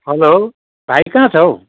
hello भाइ कहाँ छ हौ